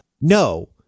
no